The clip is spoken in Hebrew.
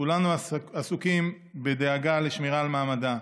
כולנו עסוקים בדאגה לשמירה על מעמדה.